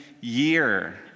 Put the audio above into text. year